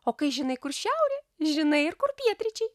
o kai žinai kur šiaurė žinai ir kur pietryčiai